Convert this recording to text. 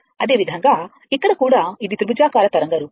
అదే విధంగా ఇక్కడ కూడా ఇది త్రిభుజాకార తరంగ రూపం